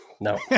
No